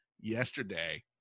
Yesterday